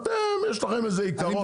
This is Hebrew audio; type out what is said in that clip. אתם יש לכם איזה עיקרון.